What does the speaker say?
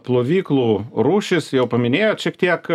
plovyklų rūšis jau paminėjot šiek tiek